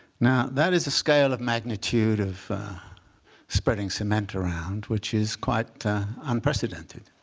now that is a scale of magnitude of spreading cement around which is quite unprecedented.